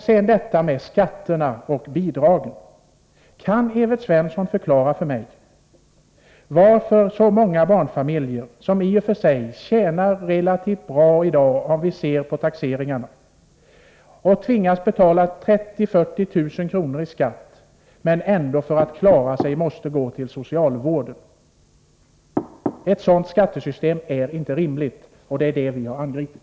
I fråga om skatterna och bidragen undrar jag om Evert Svensson kan förklara för mig varför så många barnfamiljer, som i och för sig tjänar relativt bra i dag, att döma av taxeringarna, tvingas betala 30 000-40 000 kr. i skatt, så att de för att klara sig måste gå till socialvården. Ett sådant skattesystem är inte rimligt. Det är det vi har angripit.